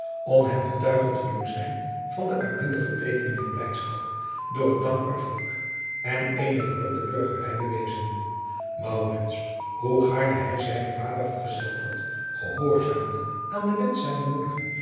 om hem getuige te doen zijn van de uitbundige teekenen der blijdschap door een dankbaar volk en eene verrukte burgerij bewezen maurits hoe gaarne hij zijnen vader vergezeld had gehoorzaamde aan den wensch zijner moeder